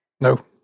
No